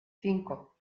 cinco